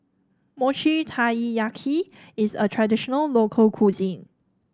Mochi Taiyaki is a traditional local cuisine